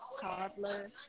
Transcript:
toddler